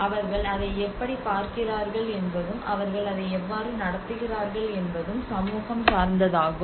அவர்கள் அதை எப்படிப் பார்க்கிறார்கள் என்பதும் அவர்கள் அதை எவ்வாறு நடத்துகிறார்கள் என்பதும் சமூகம் சார்ந்ததாகும்